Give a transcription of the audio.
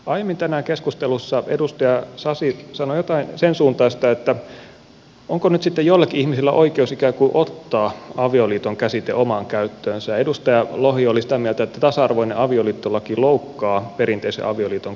aiemmin tänään keskustelussa edustaja sasi sanoi jotain sensuuntaista että onko nyt sitten joillakin ihmisillä oikeus ikään kuin ottaa avioliiton käsite omaan käyttöönsä ja edustaja lohi oli sitä mieltä että tasa arvoinen avioliittolaki loukkaa perinteisen avioliiton kannattajia